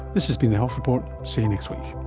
this has been the health report, see you next week